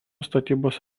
statybos